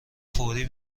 فوری